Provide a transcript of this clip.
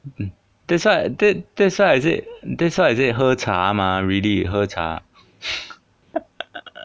that's why tha~ that's why I said that's why I said 喝茶 mah really 喝茶